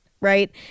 right